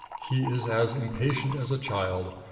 he is as impatient as a child.